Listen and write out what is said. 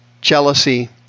jealousy